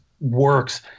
works